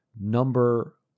number